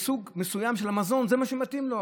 התברר שסוג מסוים של מזון זה מה שמתאים לו.